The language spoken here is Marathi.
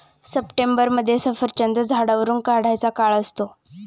सप्टेंबरमध्ये सफरचंद झाडावरुन काढायचा काळ असतो